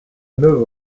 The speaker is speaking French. neuf